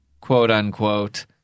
quote-unquote